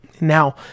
now